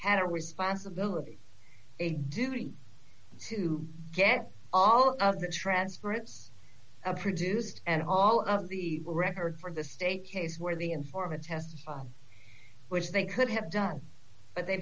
had a responsibility a duty to get all the transcripts of produced and all of the record for the state case where the informant test which they could have done but they